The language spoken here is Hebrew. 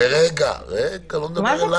רגע, לא מדבר עלייך.